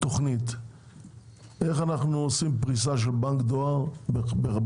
תביאו לנו תוכנית איך אנחנו עושים פריסה של בנק הדואר ביישובים.